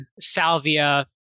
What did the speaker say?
salvia